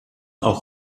auch